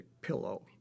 Pillow